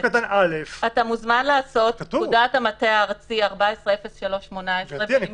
אתה מוזמן לכתוב "פקודת המטה הארצי 14.03.18" ולמצוא את זה.